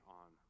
on